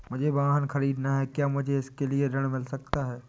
मुझे वाहन ख़रीदना है क्या मुझे इसके लिए ऋण मिल सकता है?